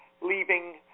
leaving